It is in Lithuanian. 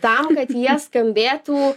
tam kad jie skambėtų